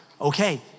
Okay